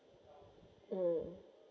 mm